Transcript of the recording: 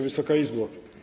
Wysoka Izbo!